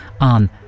on